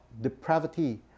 depravity